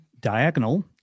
diagonal